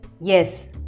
yes